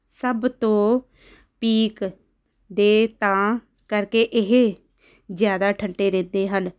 ਸਭ ਤੋਂ ਪੀਕ ਦੇ ਤਾਂ ਕਰਕੇ ਇਹ ਜ਼ਿਆਦਾ ਠੰਡੇ ਰਹਿੰਦੇ ਹਨ